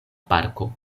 parko